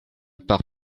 par